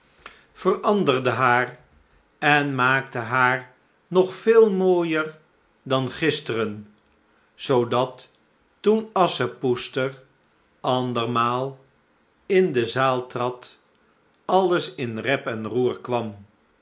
veranderde haar en maakte haar nog veel mooijer dan gisteren zoodat toen asschepoester andermaal in j j a goeverneur oude sprookjes de zaal trad alles in rep en roer kwam